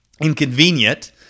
inconvenient